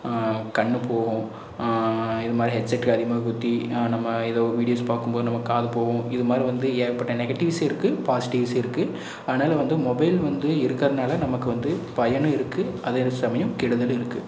கண்ணு போகும் இது மாதிரி ஹெட்செட்டு அதிகமாக குத்தி நம்ம ஏதோ ஒரு வீடியோஸ் பார்க்கும் போது நம்ம காது போவும் இது மாதிரி வந்து ஏகப்பட்ட நெகட்டிவ்ஸும் இருக்கு பாசிட்டிவ்ஸும் இருக்கு அதனால் வந்து மொபைல் வந்து இருக்கிறனால நமக்கு வந்து பயனும் இருக்கு அதே சமயம் கெடுதலும் இருக்கு